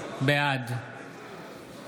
בעד